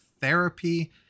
therapy